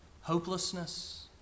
hopelessness